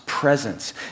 presence